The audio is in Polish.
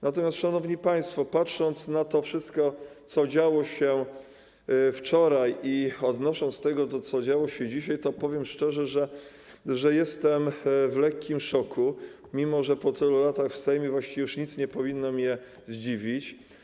Natomiast, szanowni państwo, patrząc na to wszystko, co działo się wczoraj, i wnosząc z tego, co działo się dzisiaj, to powiem szczerze, że jestem w lekkim szoku, mimo że po tylu latach w Sejmie właściwie już nic nie powinno mnie zdziwić.